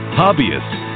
hobbyists